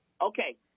Okay